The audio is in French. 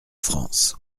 france